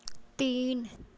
तीन